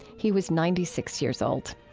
he was ninety six years old.